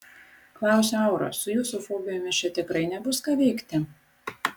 klausiu auros su jūsų fobijomis čia tikrai nebus ką veikti